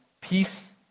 peace